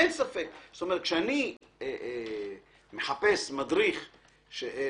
אין ספק שכאשר אני מחפש מדריך להדרכה,